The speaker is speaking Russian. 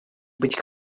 быть